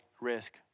risk